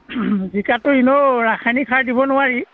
জিকাততো এনেও ৰাসায়নিক সাৰ দিব নোৱাৰি